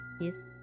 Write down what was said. Yes